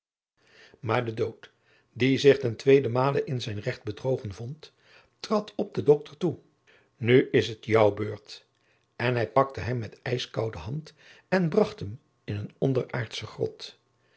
maar de dood die zich ten tweeden male in zijn recht bedrogen vond trad op den dokter toe nu is het jouw beurt en hij pakte hem met ijskoude hand en bracht hem in een onderaardsche grot